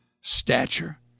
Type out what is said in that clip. stature